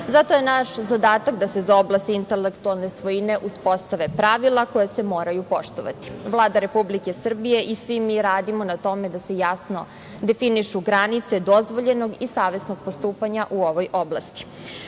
Zato je naš zadatak da se za oblasti intelektualne svojine uspostave pravila koja se moraju poštovati. Vlada Republike Srbije i svi mi radimo na tome da se jasno definišu granice dozvoljenog i savesnog postupanja u ovoj oblasti.